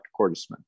Cordesman